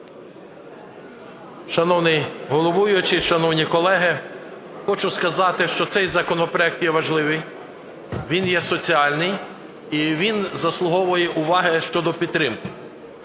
Шановний головуючий, шановні колеги! Хочу сказати, що цей законопроект є важливий, він є соціальний і він заслуговує уваги щодо підтримки.